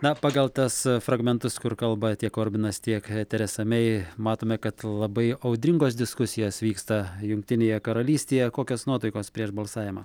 na pagal tas fragmentus kur kalba tiek korbinas tiek teresa mei matome kad labai audringos diskusijos vyksta jungtinėje karalystėje kokios nuotaikos prieš balsavimą